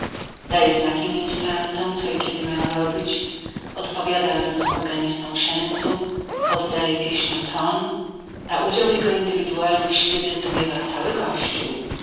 daje znaki ministrantom co i kiedy mają robić odpowiada razem z organistą księdzu poddaje pieśniom ton a udział jego indywidualny w śpiewie zdumiewa cały kościół